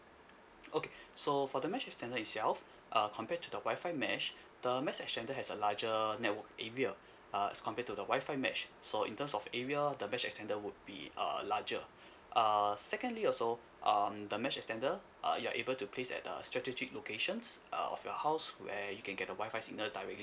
okay so for the mesh extender itself err compared to the wi-fi mesh the mesh extender has a larger network area uh as compared to the wi-fi mesh so in terms of area the mesh extender would be uh larger uh secondly also um the mesh extender uh you're able to place at uh strategic locations uh of your house where you can get the wi-fi signal directly